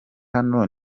hano